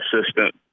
assistant